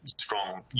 strong